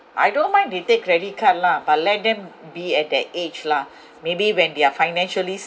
I don't mind they take credit card lah but let them be at that age lah maybe when they're financially